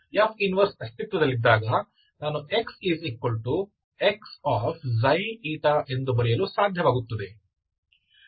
F 1 ಅಸ್ತಿತ್ವದಲ್ಲಿದ್ದಾಗ ನಾನು xxξη ಎಂದು ಬರೆಯಲು ಸಾಧ್ಯವಾಗುತ್ತದೆ